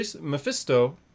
Mephisto